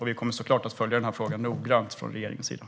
Vi kommer såklart att följa regeringens agerande i den här frågan noggrant.